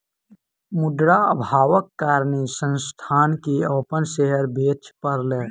मुद्रा अभावक कारणेँ संस्थान के अपन शेयर बेच पड़लै